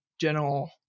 general